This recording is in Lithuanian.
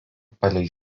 palei